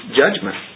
judgment